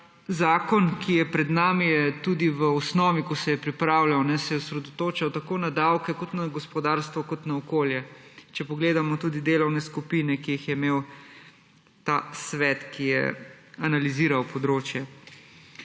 Zakon, ki je pred nami, se je tudi v osnovi, ko se je pripravljal, osredotočal tako na davke, kot na gospodarstvo, kot na okolje, če pogledamo tudi delovne skupine, ki jih je imel ta svet, ki je analiziral področje.